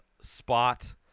spot